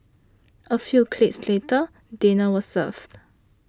a few clicks later dinner was served